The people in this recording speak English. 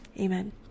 Amen